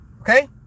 Okay